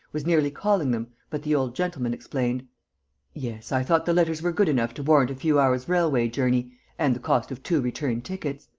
was nearly calling them, but the old gentleman explained yes, i thought the letters were good enough to warrant a few hours' railway journey and the cost of two return tickets.